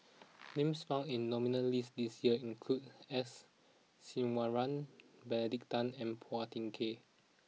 names found in nominal list this year include S Iswaran Benedict Tan and Phua Thin Kiay